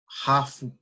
half